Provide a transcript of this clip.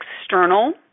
external